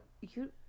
you-